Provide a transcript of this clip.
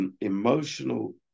emotional